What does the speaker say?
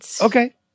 Okay